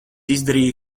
izdarīju